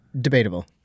debatable